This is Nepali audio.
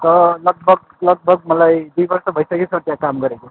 लगभग लगभग मलाई दुई वर्ष भइसक्यो सर त्यहाँ काम गरेको